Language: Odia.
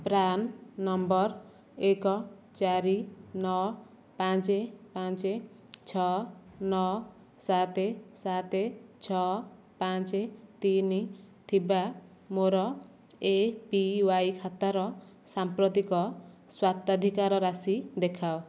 ପ୍ରାନ୍ ନମ୍ବର ଏକ ଚାରି ନଅ ପାଞ୍ଚ ପାଞ୍ଚ ଛଅ ନଅ ସାତ ସାତ ଛଅ ପାଞ୍ଚ ତିନି ଥିବା ମୋର ଏ ପି ୱାଇ ଖାତାର ସାମ୍ପ୍ରତିକ ସ୍ୱତ୍ୱାଧିକାର ରାଶି ଦେଖାଅ